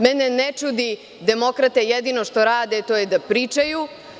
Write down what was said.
Mene ne čudi, demokrate jedino što rade, to je da pričaju.